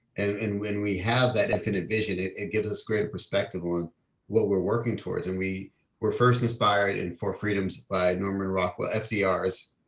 and when we have that, it can envision it, it gives us greater perspective on what we're working towards and we were first inspired in four freedoms by norman rockwell fdrs,